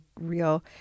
real